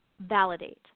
validate